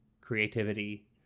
creativity